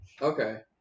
Okay